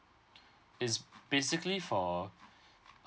it's basically for